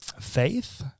faith